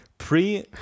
Pre